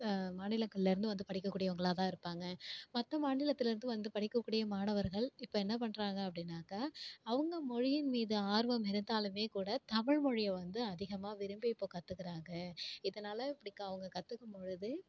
மாநிலங்கள்லேருந்து வந்து படிக்கக்கூடியவங்களாகதான் இருப்பாங்க மற்ற மாநிலத்திலிருந்து வந்து படிக்கக்கூடிய மாணவர்கள் இப்போ என்னா பண்றாங்க அப்டின்னாக்கா அவங்க மொழியின் மீது ஆர்வம் இருந்தாலும் கூட தமிழ்மொழியை வந்து அதிகமாக விரும்பி இப்போ கற்றுக்குறாங்க இதனாலே இப்படிக்கா அவங்க கற்றுக்கும்பொழுது